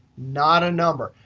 not a number.